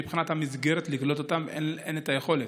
מבחינת המסגרת, לקלוט אותם, אין את היכולת.